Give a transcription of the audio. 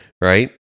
right